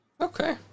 Okay